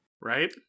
right